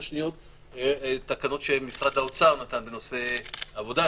והשני תקנות שמשרד האוצר נתן בנושא עבודה.